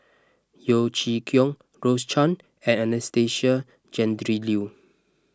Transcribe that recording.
Yeo Chee Kiong Rose Chan and Anastasia Tjendri Liew